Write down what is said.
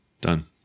Done